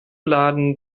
laden